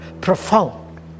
profound